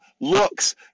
looks